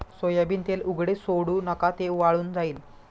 soybean तेल उघडे सोडू नका, ते वाळून जाईल